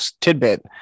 tidbit